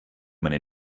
meine